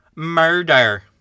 MURDER